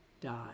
died